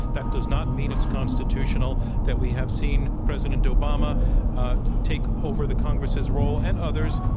that does not mean it's co nstitutional that we have seen president obama take over the congress' role, and others,